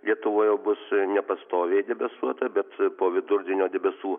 lietuvoje bus nepastoviai debesuota bet po vidurdienio debesų